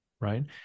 right